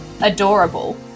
adorable